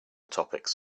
topics